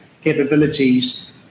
capabilities